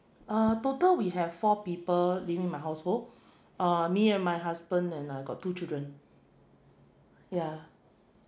uh total we have four people living in my household uh me and my husband and uh got two children yeah